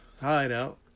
hideout